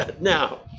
now